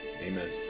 amen